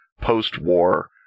post-war